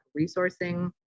resourcing